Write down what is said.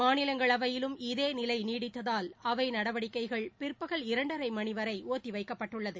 மாநிலங்களவையிலும் இதே நிலை நீடித்ததால் அவை நடவடிக்கைகள் பிற்பகல் இரண்டரை மணி வரை ஒத்திவைக்கப்பட்டது